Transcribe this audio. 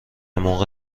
موقع